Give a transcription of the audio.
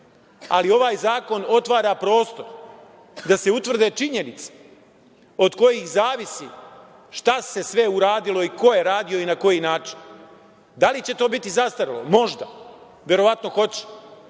ali ovaj zakon otvara prostor da se utvrde činjenice od kojih zavisi šta se sve uradilo i ko je uradio i na koji način. Da li će to biti zastarelo? Možda. Verovatno hoće,